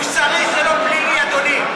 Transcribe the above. מוסרי זה לא פלילי, אדוני.